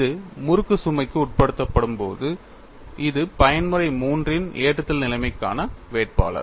இது முறுக்கு சுமைக்கு உட்படுத்தப்படும்போது இது பயன்முறை III ன் ஏற்றுதல் நிலைமைக்கான வேட்பாளர்